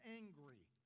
angry